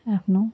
आफ्नो